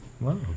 Wow